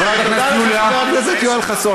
חברת הכנסת יוליה, תודה לחבר הכנסת יואל חסון.